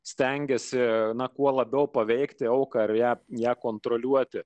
stengiasi kuo labiau paveikti auką ar ją ją kontroliuoti